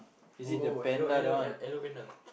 oh hello hello Hello-Panda